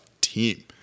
team